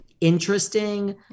interesting